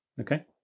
Okay